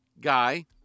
guy